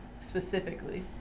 specifically